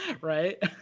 right